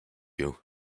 you